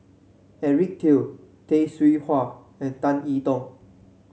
Eric Teo Tay Seow Huah and Tan I Tong